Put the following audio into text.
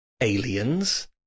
Aliens